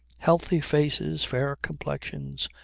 healthy faces, fair complexions,